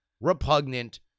repugnant